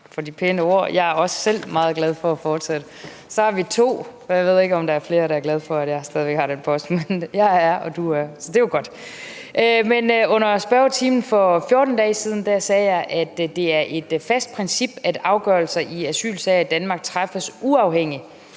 for de pæne ord. Jeg er også selv meget glad for at fortsætte. Så er vi to. Jeg ved ikke, om der er flere, der er glade for, at jeg stadig væk har den post, men jeg er, og du er, så det er jo godt. Men under spørgetiden for 14 dage siden sagde jeg, at det er et fast princip, at afgørelser i asylsager i Danmark træffes uafhængigt